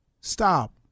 Stop